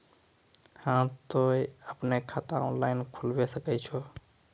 हाँ तोय आपनो खाता ऑनलाइन खोलावे सकै छौ?